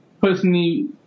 personally